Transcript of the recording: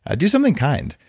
ah do something kind.